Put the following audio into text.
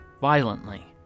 violently